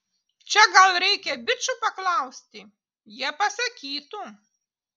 čia gal reikia bičų paklausti jie pasakytų